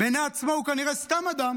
בעיני עצמו הוא כנראה סתם אדם